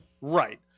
Right